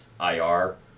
IR